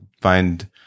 find